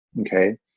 okay